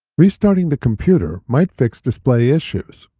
restarting the computer might fix display issues.